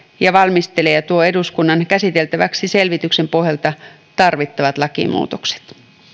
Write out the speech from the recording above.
ja valmistelee ja tuo eduskunnan käsiteltäväksi selvityksen pohjalta tarvittavat lakimuutokset